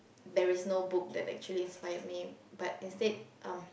there is no book that actually inspired me but instead um